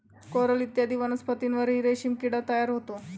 coral इत्यादी वनस्पतींवरही रेशीम किडा तयार होतो